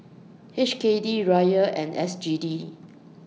H K D Riyal and S G D